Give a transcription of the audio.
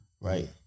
right